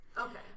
Okay